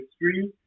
history